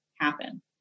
happen